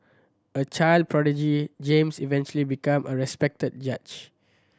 a child prodigy James eventually become a respected judge